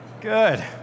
Good